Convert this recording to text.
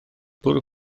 bwrw